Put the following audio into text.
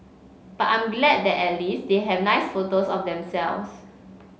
but I'm glad that at least they have nice photos of themselves